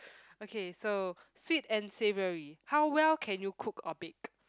okay so sweet and savory how well can you cook or bake